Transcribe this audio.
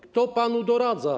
Kto panu doradza?